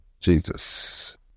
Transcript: Jesus